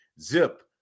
zip